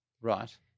Right